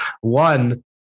One